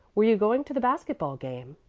were you going to the basket-ball game?